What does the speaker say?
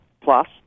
plus